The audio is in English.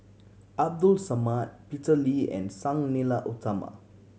Abdul Samad Peter Lee and Sang Nila Utama